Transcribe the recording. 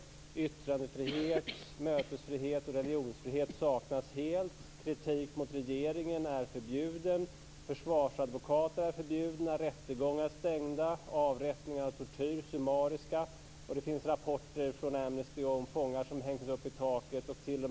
Yttrandefrihet, mötesfrihet och religionsfrihet saknas helt. Kritik mot regeringen är förbjuden. Försvarsadvokater är förbjudna. Rättegångar hålls inför stängda dörrar. Avrättningar och tortyr sker på ett summariskt sätt.